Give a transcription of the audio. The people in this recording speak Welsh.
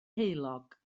heulog